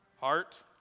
heart